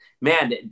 man